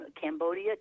Cambodia